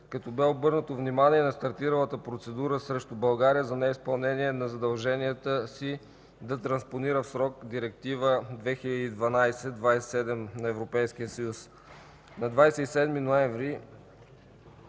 като бе обърнато внимание и на стартиралата процедура срещу България за неизпълнение на задълженията си да транспонира в срок Директива 2012/27/ЕС. На 27 ноември